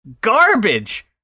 garbage